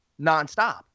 nonstop